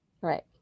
Right